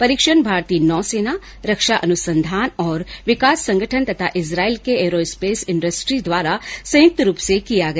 परीक्षण भारतीय नौसेना रक्षा अनुसंधान और विकास संगठन तथा इजराइल के एयरोस्पेस इंडस्ट्री द्वारा संयुक्त रूप से किया गया